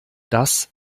das